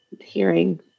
hearing